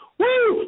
Woo